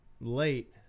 late